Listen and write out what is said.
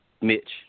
Mitch